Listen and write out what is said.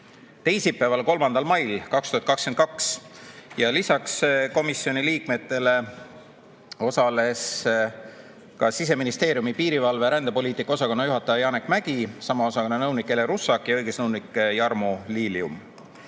teisipäeval, 3. mail 2022. Lisaks komisjoni liikmetele osalesid Siseministeeriumi piirivalve- ja rändepoliitika osakonna juhataja Janek Mägi, sama osakonna nõunik Ele Russak ja õigusnõunik Jarmo Lilium.